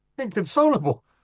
Inconsolable